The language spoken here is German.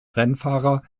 rennfahrer